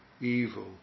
evil